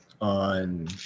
on